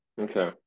Okay